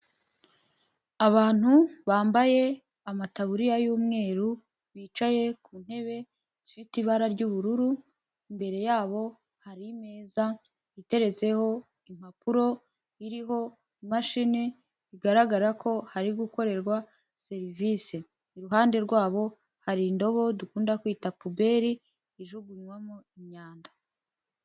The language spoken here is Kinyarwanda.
Abantu bambaye amataburiya y'umweru, bicaye ku ntebe zifite ibara ry'ubururu, imbere yabo hari imeza iteretseho impapuro iriho imashini, bigaragara ko hari gukorerwa serivisi, iruhande rwabo, hari indobo dukunda kwita puberi, ijugunywamo imyanda.